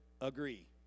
agree